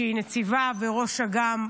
נציבה וראש אג"מ,